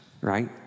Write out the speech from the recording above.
right